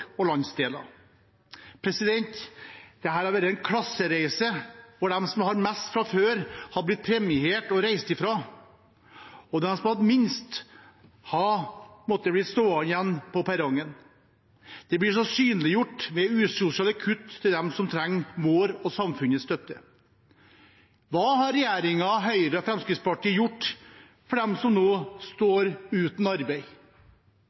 og landsdeler. Dette har vært en klassereise, hvor de som har mest fra før, har blitt premiert og reist ifra, og de som har minst, har blitt stående igjen på perrongen. Det blir også synliggjort med usosiale kutt til dem som trenger vår og samfunnets støtte. Hva har regjeringen, med Høyre og Fremskrittspartiet, gjort for dem som nå står uten arbeid?